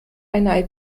eine